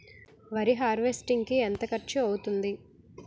వరి హార్వెస్టింగ్ కి ఎంత ఖర్చు అవుతుంది?